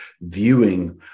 viewing